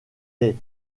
est